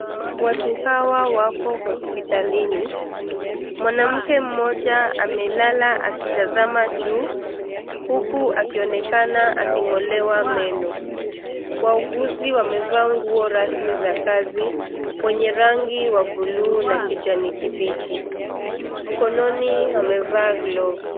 Watu hawa wapo hospitalini. Mwanamke mmoja amelala akitazama juu, huku akionekana aking'olewa meno. Wauguzi wamevaa nguo rasmi za kazi, wenye rangi wa bluu na kijani kibichi, mkononi wamevaa glovu.